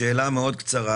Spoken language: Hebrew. שאלה מאוד קצרה